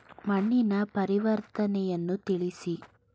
ಮಣ್ಣಿನ ಪರಿವರ್ತನೆಯನ್ನು ತಿಳಿಸಿ?